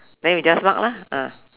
then you just mark lah ah